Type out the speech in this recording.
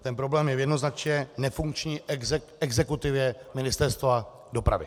Ten problém je v jednoznačně nefunkční exekutivě Ministerstva dopravy.